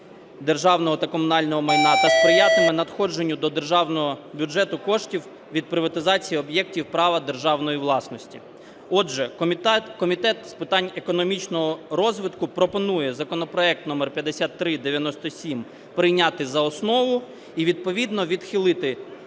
державного та комунального майна, та сприятиме надходженню до державного бюджету коштів від приватизації об'єктів права державної власності. Отже, Комітет з питань економічного розвитку пропонує законопроект номер 5397 прийняти за основу і відповідно відхилити